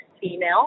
female